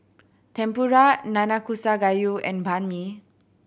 Tempura Nanakusa Gayu and Banh Mi